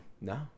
No